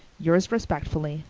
yours respectfully,